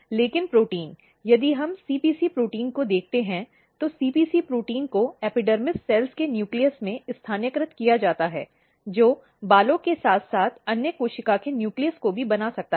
लेकिन प्रोटीन यदि हम CPC प्रोटीन को देखते हैं तो CPC प्रोटीन को एपिडर्मिस कोशिकाओं के न्यूक्लियस में स्थानीयकृत किया जाता है जो बालों के साथ साथ अन्य कोशिका के न्यूक्लियस को भी बना सकता है